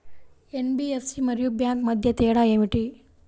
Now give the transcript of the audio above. NBFC మరియు bank మధ్య తేడా ఏమిటీ?